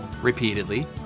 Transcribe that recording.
repeatedly